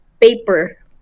paper